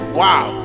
wow